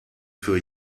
für